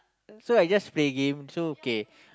so I just play game so okay